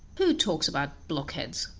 who talks about blockheads?